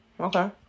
Okay